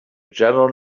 general